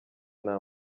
nta